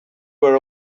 were